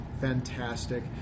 Fantastic